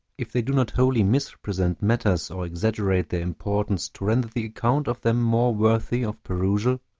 if they do not wholly misrepresent matters, or exaggerate their importance to render the account of them more worthy of perusal,